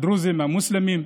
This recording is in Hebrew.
הדרוזים, המוסלמים,